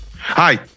hi